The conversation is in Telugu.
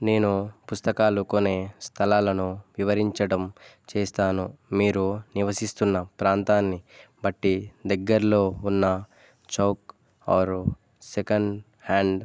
నేను పుస్తకాలు కొనే స్థలాలను వివరించడం చేస్తాను మీరు నివసిస్తున్న ప్రాంతాన్ని బట్టి దగ్గరలో ఉన్న చౌక్ ఆరు సెకండ్ హ్యాండ్